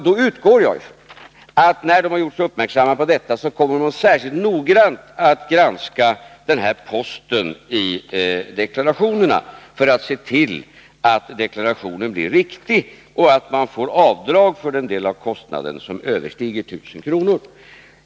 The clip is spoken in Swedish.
Då utgår jag från att de, när de har gjorts uppmärksamma på detta, kommer att särskilt noggrant granska denna post i deklarationerna för att se till att den blir riktig och att deklaranterna får avdrag för de kostnader som överstiger 1 000 kr.